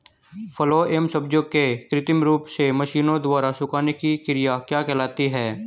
फलों एवं सब्जियों के कृत्रिम रूप से मशीनों द्वारा सुखाने की क्रिया क्या कहलाती है?